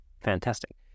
Fantastic